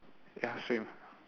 ya same